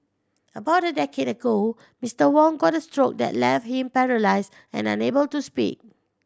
about a decade ago Mister Wong got a stroke that left him paralysed and unable to speak